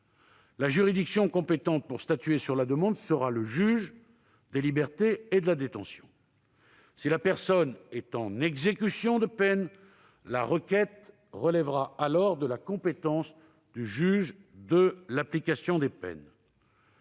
la juridiction compétente pour statuer sur la demande sera le juge des libertés et de la détention. Si la personne est en exécution de peine, la requête relèvera alors de la compétence du juge de l'application des peines.